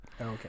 Okay